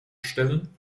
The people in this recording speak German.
stellen